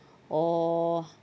or